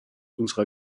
unserer